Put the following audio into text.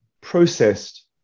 processed